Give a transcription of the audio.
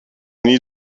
nie